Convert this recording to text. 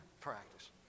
practice